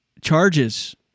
charges